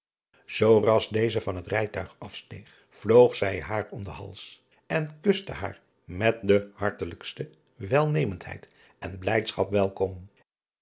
oo ras deze van het rijtuig afsteeg vloog zij haar om den hals en kuste haar met de hartelijkste welmeenendheid en blijdschap welkom